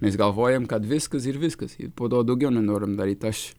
mes galvojam kad viskas ir viskas po to daugiau nenorim daryti aš